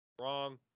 Wrong